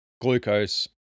glucose